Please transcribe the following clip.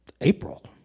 April